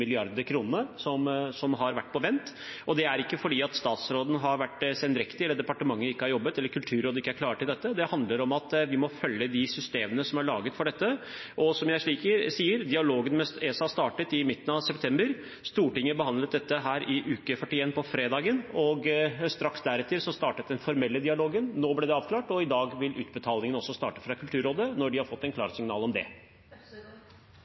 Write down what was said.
som har vært på vent. Det er ikke fordi statsråden har vært sendrektig, eller at departementet ikke har jobbet, eller at Kulturrådet ikke har vært klare for dette; dette handler om at vi må følge de systemene som er laget for dette. Og, som jeg sier: Dialogen med ESA startet i midten av september. Stortinget behandlet dette i uke 41, på fredagen, og straks deretter startet den formelle dialogen. Nå ble det avklart, og i dag vil utbetalingene fra Kulturrådet starte, når de har fått klarsignal om det.